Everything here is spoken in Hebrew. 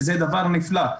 שזה דבר נפלא,